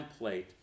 template